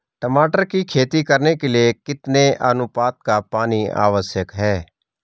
टमाटर की खेती करने के लिए कितने अनुपात का पानी आवश्यक है?